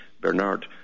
Bernard